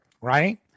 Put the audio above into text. Right